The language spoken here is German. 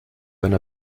einer